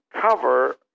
cover